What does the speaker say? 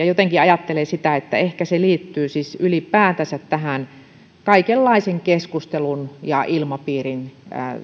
jotenkin ajattelee sitä että ehkä se liittyy siis ylipäätänsä tähän kaikenlaisen keskustelun ja ilmapiirin